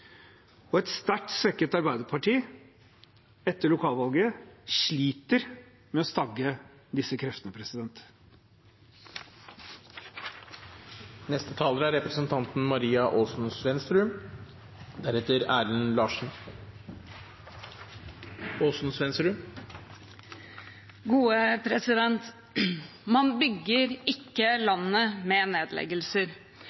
Et sterkt svekket Arbeiderparti etter lokalvalget sliter med å stagge disse kreftene.